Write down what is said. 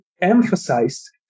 emphasized